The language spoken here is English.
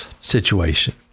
situation